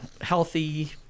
healthy